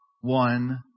one